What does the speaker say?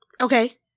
Okay